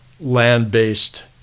land-based